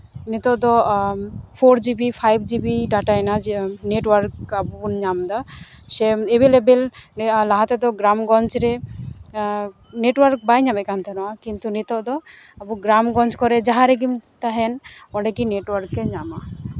ᱱᱤᱛᱚᱜ ᱫᱚ four GB five GB data ᱟᱵᱚ ᱵᱚᱱ ᱧᱟᱢᱫᱟ ᱥᱮ ᱮᱵᱮᱞ ᱮᱵᱮᱞ ᱞᱟᱦᱟ ᱛᱮᱫᱚ ᱜᱨᱟᱢ ᱜᱚᱧᱡᱽ ᱨᱮ ᱱᱮᱴᱳᱣᱟᱨᱠ ᱵᱟᱭ ᱧᱟᱢᱮᱜ ᱠᱟᱱ ᱛᱟᱦᱮᱸ ᱱᱚᱜᱼᱟ ᱠᱤᱱᱛᱩ ᱟᱵᱚ ᱜᱨᱟᱢᱜᱚᱧᱡᱽ ᱠᱚᱨᱮ ᱡᱟᱦᱟᱸ ᱨᱮᱜᱮᱢ ᱛᱟᱦᱮᱱ ᱚᱸᱰᱮᱜᱮ ᱱᱮᱴᱳᱣᱟᱨᱠ ᱮ ᱧᱟᱢᱟ